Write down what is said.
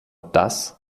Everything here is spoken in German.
das